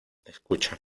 escucha